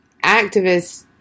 activists